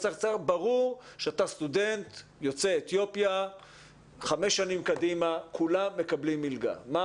צריך להיות ברור שכל סטודנט יוצא אתיופיה מקבל מלגה לחמש שנים קדימה.